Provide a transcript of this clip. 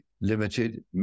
limited